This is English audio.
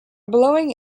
blowing